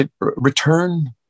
return